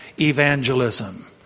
evangelism